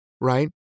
Right